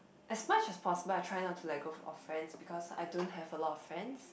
as much as possible I try not to like go off friends because I don't have a lot of friends